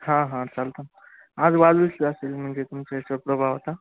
हां हां चालतं आजबाजूचं असेल म्हणजे तुमच्या ह्याच्या प्रभाव आता